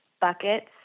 buckets